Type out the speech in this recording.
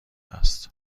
است